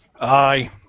Aye